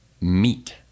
meat